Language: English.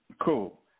Cool